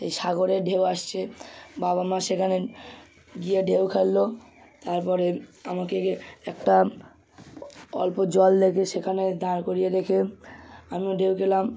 এই সাগরের ঢেউ আসছে বাবা মা সেখানে গিয়ে ঢেউ খেললো তারপরে আমাকে গে একটা অল্প জল দেখে সেখানে দাঁড় করিয়ে রেখে আমিও ঢেউ খেলাম